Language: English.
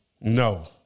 No